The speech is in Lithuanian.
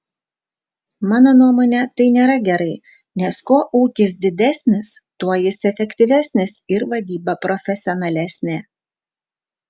mano nuomone tai nėra gerai nes kuo ūkis didesnis tuo jis efektyvesnis ir vadyba profesionalesnė